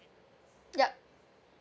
yup